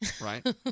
Right